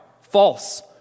false